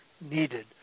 needed